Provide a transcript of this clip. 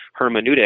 hermeneutic